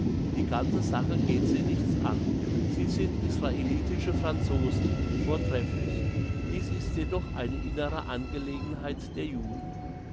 die ganze sache geht sie nichts an sie sind israelitische franzosen vortrefflich dies ist jedoch eine innere angelegenheit der juden